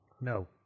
no